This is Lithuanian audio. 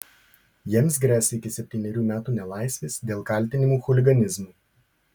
jiems gresia iki septynerių metų nelaisvės dėl kaltinimų chuliganizmu